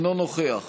אינו נוכח